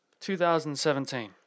2017